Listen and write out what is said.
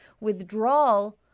withdrawal